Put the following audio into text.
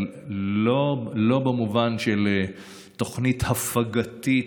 אבל לא במובן של תוכנית הפגתית,